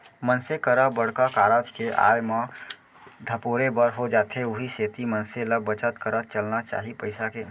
मनसे करा बड़का कारज के आय म धपोरे बर हो जाथे उहीं सेती मनसे ल बचत करत चलना चाही पइसा के